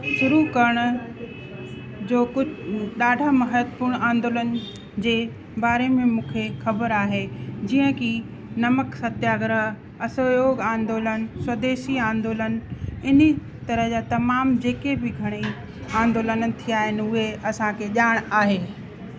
शुरू करण जो कुझु ॾाढा महत्वपूर्ण आंदोलन जे बारे में मूंखे ख़बर आहे जीअं कि नमक सत्याग्रह असहयोग आंदोलन स्वदेशी आंदोलन हिन तरह जा तमामु जेके बि घणेई आंदोलन थिया आहिनि उहे असांखे ॼाण आहे